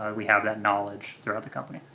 we have that knowledge throughout the company.